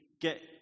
get